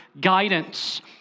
guidance